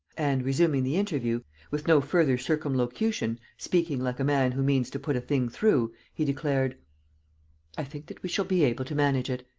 and, resuming the interview, with no further circumlocution, speaking like a man who means to put a thing through, he declared i think that we shall be able to manage it.